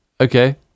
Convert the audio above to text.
okay